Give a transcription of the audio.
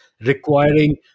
requiring